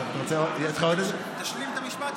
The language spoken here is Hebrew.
אבל תשלים את המשפט.